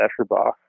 Escherbach